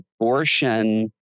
abortion